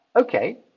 okay